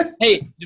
Hey